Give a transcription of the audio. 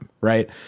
Right